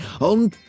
on